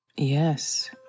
Yes